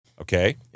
Okay